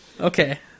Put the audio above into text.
Okay